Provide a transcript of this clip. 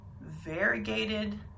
variegated